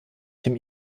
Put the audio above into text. dem